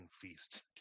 feast